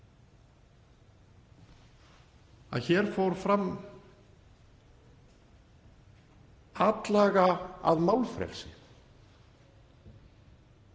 að hér fór fram atlaga að málfrelsinu.